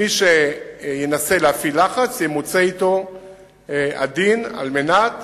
ומי שינסה להפעיל לחץ, ימוצה אתו הדין על מנת